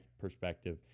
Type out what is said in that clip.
perspective